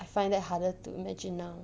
I find that harder to imagine now